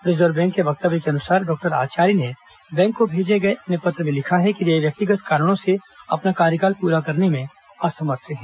reserve bank के वक्तव्य के अनुसार डॉक्टर आचार्य ने बैंक को भेजे गए अपने पत्र में लिखा है कि वे व्यक्तिगत कारणों से अपना कार्यकाल पूरा करने में असमर्थ हैं